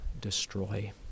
destroy